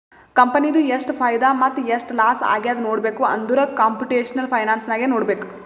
ಕಂಪನಿದು ಎಷ್ಟ್ ಫೈದಾ ಮತ್ತ ಎಷ್ಟ್ ಲಾಸ್ ಆಗ್ಯಾದ್ ನೋಡ್ಬೇಕ್ ಅಂದುರ್ ಕಂಪುಟೇಷನಲ್ ಫೈನಾನ್ಸ್ ನಾಗೆ ನೋಡ್ಬೇಕ್